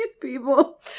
people